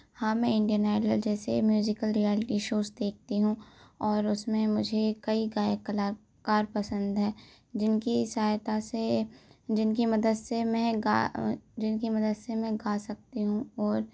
हाँ मैं Indian Idol जैसे म्यूज़िकल रियेलिटी शोज़ देखती हूँ और उसमें मुझे कई गायक कलाकार पसंद हैं जिनकी सहायता से जिनकी मदद से मैं गा जिनकी मदद से मैं गा सकती हूँ और